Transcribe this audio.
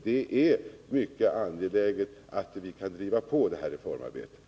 Det är mycket angeläget att vi kan driva på det här reformarbetet.